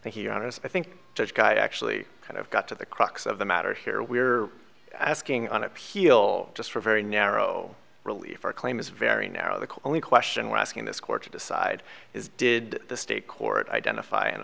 has i think judge guy actually kind of got to the crux of the matter here we're asking on appeal just for very narrow relief our claim is very narrow the only question we're asking this court to decide is did the state court identify